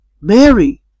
Mary